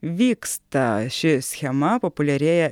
vyksta ši schema populiarėja